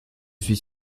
suis